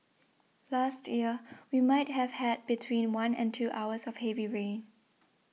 last year we might have had between one and two hours of heavy rain